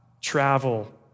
travel